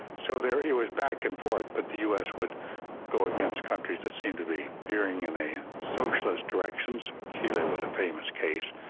so it was back and forth, but the us would go against countries that seemed to be veering in a socialist direction. chile was a famous case,